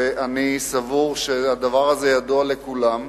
ואני סבור שדבר זה ידוע לכולם.